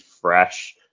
fresh